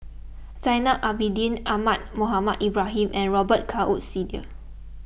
Zainal Abidin Ahmad Mohamed Ibrahim and Robet Carr Woods Senior